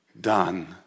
Done